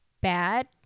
bad